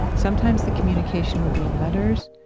sometimes the communication will be in letters,